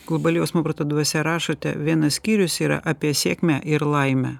globali jausmo proto dvasia rašote vienas skyrius yra apie sėkmę ir laimę